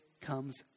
comes